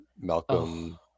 malcolm